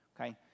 Okay